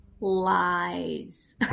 Lies